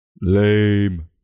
Lame